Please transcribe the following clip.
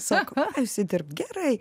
sako eisi gerai